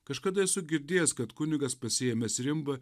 kažkada esu girdėjęs kad kunigas pasiėmęs rimbą